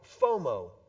FOMO